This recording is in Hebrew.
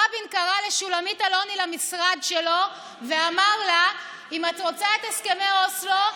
רבין קרא לשולמית אלוני למשרד שלו ואמר לה: אם את רוצה את הסכמי אוסלו,